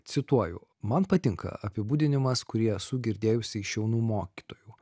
cituoju man patinka apibūdinimas kurį esu girdėjusi iš jaunų mokytojų